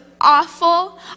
awful